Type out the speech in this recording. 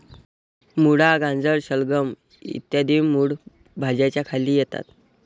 मुळा, गाजर, शलगम इ मूळ भाज्यांच्या खाली येतात